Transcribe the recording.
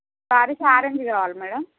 saris orange కావాలి madam